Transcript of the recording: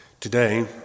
Today